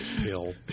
Pill